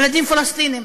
ילדים פלסטינים.